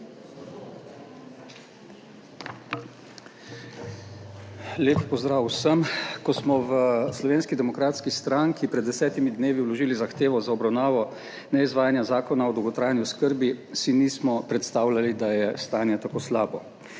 Lep pozdrav vsem! Ko smo v Slovenski demokratski stranki pred desetimi dnevi vložili zahtevo za obravnavo neizvajanja Zakona o dolgotrajni oskrbi, si nismo predstavljali, da je stanje tako slabo.